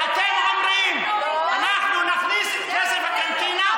ואתם אומרים: אנחנו נכניס כסף לקנטינה,